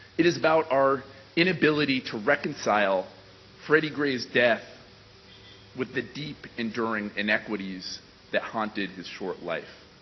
it is about our inability to reconcile freddie gray's death with the deep enduring inequities that haunted his short life.